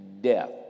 death